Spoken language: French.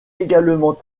également